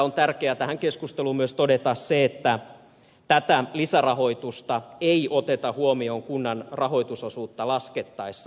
on tärkeää tähän keskusteluun myös todeta se että tätä lisärahoitusta ei oteta huomioon kunnan rahoitusosuutta laskettaessa